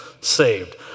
saved